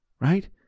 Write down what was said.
right